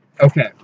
Okay